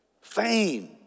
Fame